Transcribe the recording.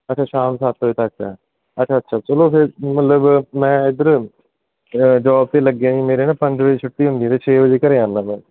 ਅੱਛਾ ਸ਼ਾਮ ਸੱਤ ਵਜੇ ਤੱਕ ਹੈ ਅੱਛਾ ਅੱਛਾ ਚਲੋ ਫਿਰ ਮਤਲਬ ਮੈਂ ਇੱਧਰ ਜੋਬ 'ਤੇ ਲੱਗਿਆ ਸੀ ਮੇਰੇ ਨਾ ਪੰਜ ਵਜੇ ਛੁੱਟੀ ਹੁੰਦੀ ਅਤੇ ਛੇ ਵਜੇ ਘਰ ਆਉਂਦਾ ਮੈਂ